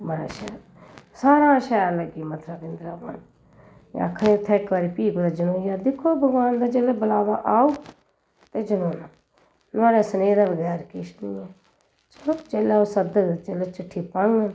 बड़ा शैल सारा शैल लग्गेआ मथरा वृंदावन ते आखनी उत्थें इक बारी फ्ही कुदै जनोई जा दिक्खो भगवान दा जेल्लै बलावा आह्ग ते जनोना ते नुहाड़े सनेहे दे बगैर किश निं ऐ चलो जेल्लै ओह् सद्दग जेल्लै चिट्ठी पाङन